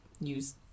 use